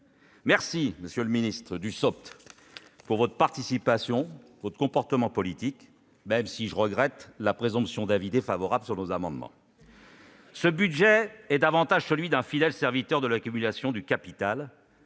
Merci, monsieur le ministre Dussopt, pour votre participation et votre comportement politique, même si je regrette la présomption d'avis défavorable sur nos amendements ! Ce budget est davantage celui d'un fidèle serviteur de l'accumulation du capital